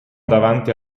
davanti